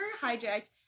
hijacked